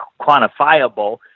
quantifiable